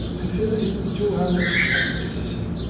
and fill in two hundred at the position.